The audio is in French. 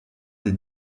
des